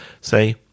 Say